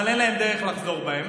אבל אין להם דרך לחזור בהם.